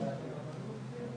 זה בעיני המסתכל.